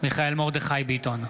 מיכאל מרדכי ביטון,